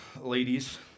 ladies